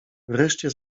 wreszcie